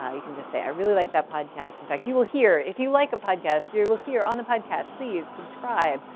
ah you can just say i really liked that podcast, in fact, you will hear, if you like a podcast, you will hear on the podcast please subscribe,